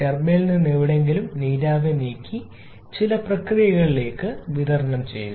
ടർബൈനിൽ നിന്ന് എവിടെയെങ്കിലും നീരാവി നീക്കി ചില പ്രക്രിയകളിലേക്ക് വിതരണം ചെയ്യുക